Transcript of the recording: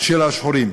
של השחורים.